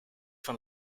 van